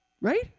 right